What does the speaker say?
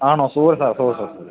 ആണോ sorry sir sorry sir